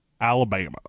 Alabama